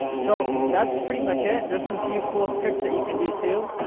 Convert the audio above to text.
so, that's pretty much it. there's some few cool tricks that you can do too,